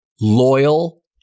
Loyal